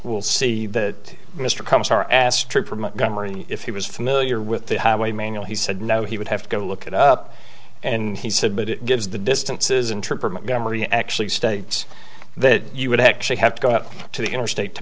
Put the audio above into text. will see that mr combs are asked trip if he was familiar with the highway manual he said no he would have to go look it up and he said but it gives the distances and trip memory actually states that you would actually have to go up to the interstate to